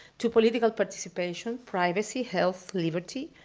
to political participation, privacy, health, liberty,